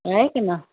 आहे कि न